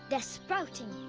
they're sprouting.